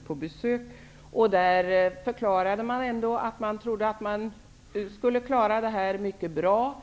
att besöka BRÅ. Där förklarade representanter för BRÅ att de trodde att de skulle klara detta mycket bra.